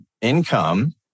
income